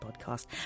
podcast